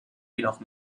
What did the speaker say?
jedoch